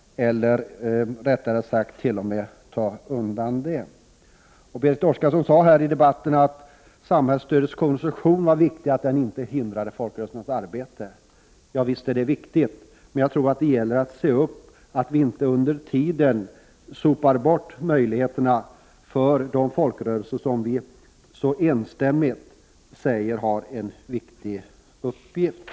Eller rättare sagt: man vill t.o.m. upphöra med det som görs. Berit Oscarsson sade under debatten här att det är viktigt att samhällsstödets konstruktion inte är sådan att den hindrar folkrörelsernas arbete. Naturligtvis är detta viktigt, men jag tror att det gäller att se upp, så att vi inte sopar bort möjligheterna för de folkrörelser som, enligt vad vi så enstämmigt säger, har en viktig uppgift.